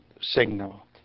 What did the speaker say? signal